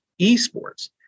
esports